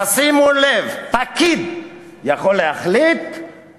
תשימו לב: פקיד, פקיד,